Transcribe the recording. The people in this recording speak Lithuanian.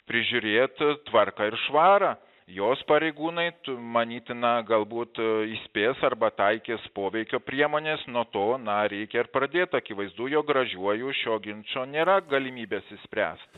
prižiūrėt tvarką ir švarą jos pareigūnai manytina galbūt įspės arba taikys poveikio priemones nuo to na reikia ir pradėt akivaizdu jog gražiuoju šio ginčo nėra galimybės išspręst